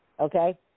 okay